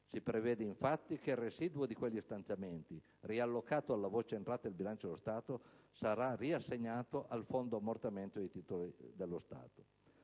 si prevede, infatti, che il residuo di quegli stanziamenti, riallocato alla voce «entrata» del bilancio dello Stato, sarà riassegnato al Fondo ammortamento dei titoli statali.